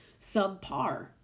subpar